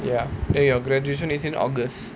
ya and your graduation is in august